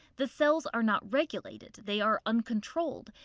the cells are not regulated they are uncontrolled.